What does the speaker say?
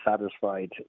satisfied